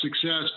success